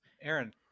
Aaron